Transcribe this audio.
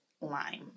lime